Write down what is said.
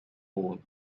hall